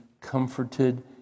comforted